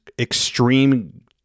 extreme